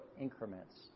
increments